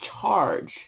charge